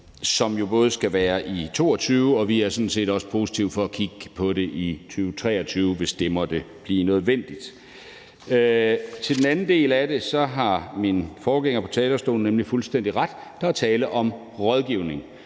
som jo skal gælde for 2022, og vi er sådan set også positive over for at kigge på det i 2023, hvis det måtte blive nødvendigt. I forhold til den anden del af det har min forgænger på talerstolen nemlig fuldstændig ret: Der er tale om rådgivning.